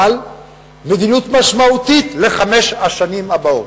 אבל מדיניות משמעותית לחמש השנים הבאות.